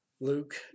Luke